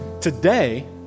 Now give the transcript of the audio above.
today